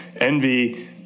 Envy